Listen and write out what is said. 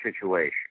situation